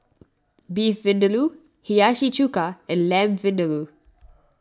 Beef Vindaloo Hiyashi Chuka and Lamb Vindaloo